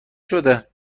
شده